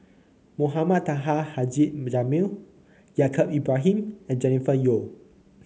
Mohamed Taha Haji Jamil Yaacob Ibrahim and Jennifer Yeo